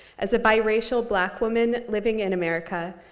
as a biracial black woman living in america,